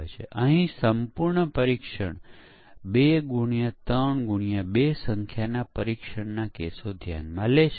તેથી આપણે તે મોડ્યુલનું પરીક્ષણ કરવા માટે વધુ સમય આપવાની જરૂર છે આપણે બધા મોડ્યુલોના પરીક્ષણમાં સમાન સમય ન રાખવો જોઈએ